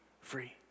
free